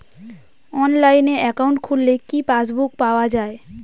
অনলাইনে একাউন্ট খুললে কি পাসবুক পাওয়া যায়?